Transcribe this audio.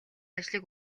ажлыг